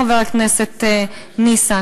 חבר הכנסת ניסן.